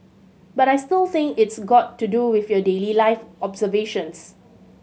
but I still think it's got to do with your daily life observations